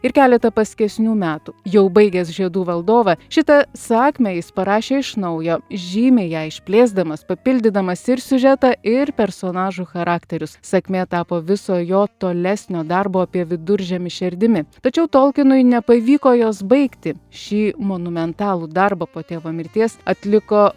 ir keletą paskesnių metų jau baigęs žiedų valdovą šitą sakmę jis parašė iš naujo žymiai ją išplėsdamas papildydamas ir siužetą ir personažų charakterius sakmė tapo viso jo tolesnio darbo apie viduržemį šerdimi tačiau tolkinui nepavyko jos baigti šį monumentalų darbą po tėvo mirties atliko